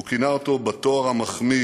הוא כינה אותו בתואר ה"מחמיא"